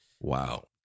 Wow